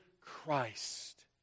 Christ